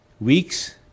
weeks